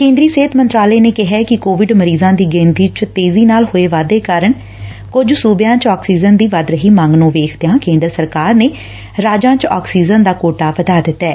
ਕੇ'ਦਰੀ ਸਿਹਤ ਮੰਤਰਾਲੇ ਨੇ ਕਿਹੈ ਕਿ ਕੋਵਿਡ ਮਰੀਜ਼ਾ' ਦੀ ਗਿਣਤੀ 'ਚ ਤੇਜ਼ੀ ਨਾਲ ਹੋਏ ਵਾਧੇ ਕਾਰਨ ਕੁਝ ਸੁਬਿਆਂ ਚ ਆਕਸੀਜਨ ਦੀ ਵੱਧ ਰਹੀ ਮੰਗ ਨੂੰ ਵੇਖਦਿਆਂ ਕੇਂਦਰ ਸਰਕਾਰ ਨੇ ਰਾਜਾਂ ਚ ਆਕਸੀਜਨ ਦਾ ਕੋਟਾ ਵਧਾ ਦਿੱਤੈ